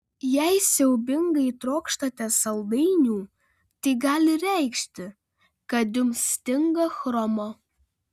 jei siaubingai trokštate saldainių tai gali reikšti kad jums stinga chromo